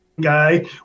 guy